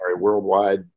worldwide